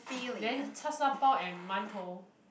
then char-shao-bao and mantou